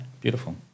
Beautiful